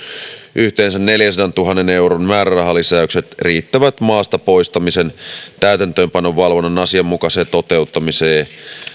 yhteensä neljänsadantuhannen euron määrärahalisäykset riittävät maasta poistamisen täytäntöönpanon valvonnan asianmukaiseen toteuttamiseen